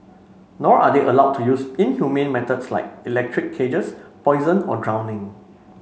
nor are they allowed to use inhumane methods like electric cages poison or drowning